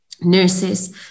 nurses